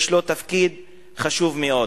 יש לו תפקיד חשוב מאוד.